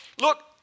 look